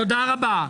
תודה רבה.